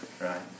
Right